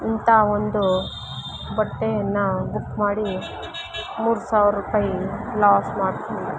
ಇಂಥಾ ಒಂದು ಬಟ್ಟೆಯನ್ನು ಬುಕ್ ಮಾಡಿ ಮೂರು ಸಾವಿರ ರೂಪಾಯಿ ಲಾಸ್ ಮಾಡಿಕೊಂಡೆ